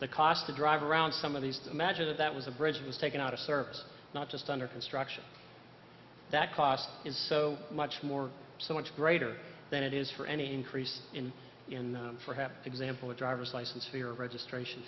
the cost to drive around some of these matches that was a bridge was taken out of service not just under construction that cost is so much more so much greater than it is for any increase in in perhaps example a driver's license fee or a registration